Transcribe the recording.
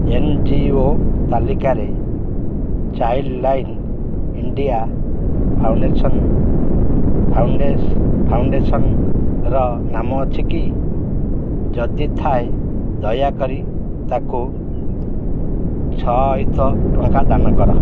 N G O ତାଲିକାରେ Childline India foundation ଫାଉଣ୍ଡେସନ୍ର ନାମ ଅଛି କି ଯଦି ଥାଏ ଦୟାକରି ତାକୁ ଛଅ ଅୟୁତ ଟଙ୍କା ଦାନ କର